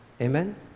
Amen